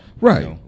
Right